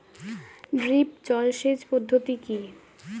Drip জল সেচ পদ্ধতি কি?